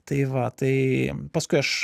tai va tai paskui aš